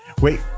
Wait